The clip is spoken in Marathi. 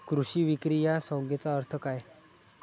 कृषी विक्री या संज्ञेचा अर्थ काय?